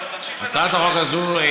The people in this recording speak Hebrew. אני אומר שוב: הצעת החוק הזאת,